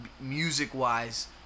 music-wise